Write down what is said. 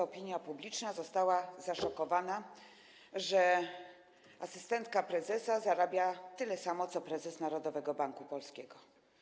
Opinia publiczna została zaszokowana: asystentka prezesa zarabia tyle samo co prezes Narodowego Banku Polskiego.